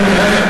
רגע, רגע.